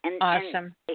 Awesome